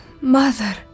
Mother